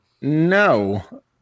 No